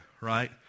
right